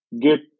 get